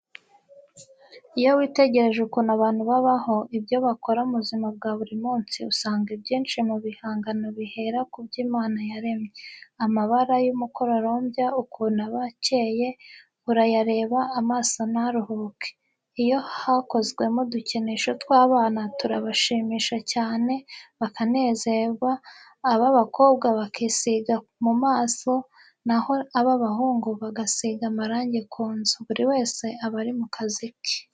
Iyo witegereje ukuntu abantu babaho, ibyo bakora mu buzima bwa buri munsi, usanga ibyinshi mu bihangano bihera ku byo Imana yaremye, amabara y'umukororombya, ukuntu aba akeye, urayareba amaso ntaruhe. Iyo hakozwemo udukinisho tw'abana turabashimisha cyane, bakanezerwa, ab'abakobwa bakisiga mu maso, naho ab'abahungu bagasiga amarangi ku nzu, buri wese aba ari mu kazi ke.